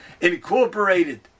incorporated